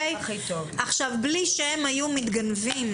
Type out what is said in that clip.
בלי שהם היו מתגנבים,